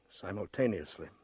simultaneously